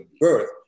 birth